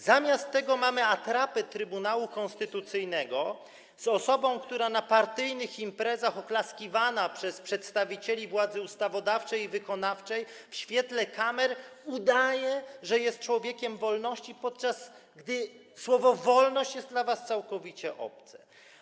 Zamiast tego mamy atrapę Trybunału Konstytucyjnego z osobą, która na partyjnych imprezach oklaskiwana przez przedstawicieli władzy ustawodawczej i wykonawczej w świetle kamer udaje, że jest człowiekiem wolności, podczas gdy słowo „wolność” jest dla was całkowicie obce.